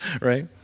right